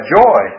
joy